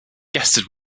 guested